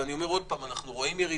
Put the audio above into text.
כל מיני שקרים.